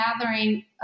gathering